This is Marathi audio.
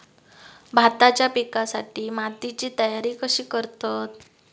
भाताच्या पिकासाठी मातीची तयारी कशी करतत?